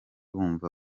wumva